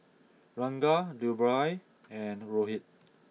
Ranga Dhirubhai and Rohit